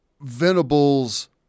Venable's